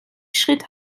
schritt